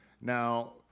Now